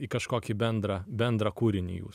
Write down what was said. į kažkokį bendrą bendrą kūrinį jūs